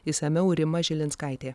išsamiau rima žilinskaitė